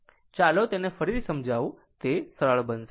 ચાલો તેને ફરીથી સમજાવું પછી તે સરળ બનશે